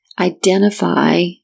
identify